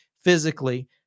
physically